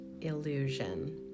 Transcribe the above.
illusion